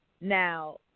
Now